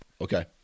Okay